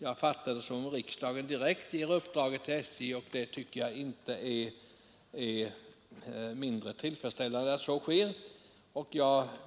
Jag fattar det nu som om riksdagen direkt ger uppdraget till SJ, och jag tycker inte det är mindre tillfredsställande att så sker. Herr talman!